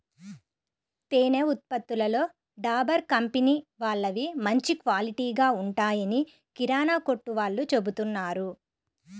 తేనె ఉత్పత్తులలో డాబర్ కంపెనీ వాళ్ళవి మంచి క్వాలిటీగా ఉంటాయని కిరానా కొట్టు వాళ్ళు చెబుతున్నారు